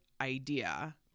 idea